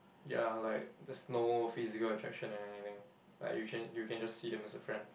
ya like there's no physical attraction or anything like you can you can just see them as a friend